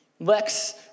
Lex